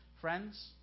Friends